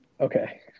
Okay